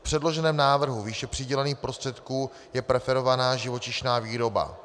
V předloženém návrhu výše přidělených prostředků je preferována živočišná výroba.